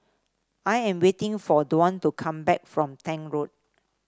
I am waiting for Dwan to come back from Tank Road